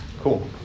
Cool